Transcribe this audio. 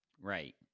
Right